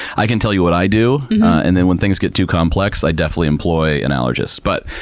i can tell you what i do and then when things get too complex, i definitely employ an allergist. but,